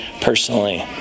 personally